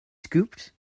scooped